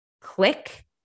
click